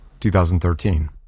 2013